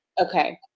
Okay